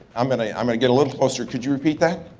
i'm gonna i'm gonna get a little closer, could you repeat that?